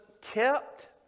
kept